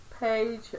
page